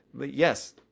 yes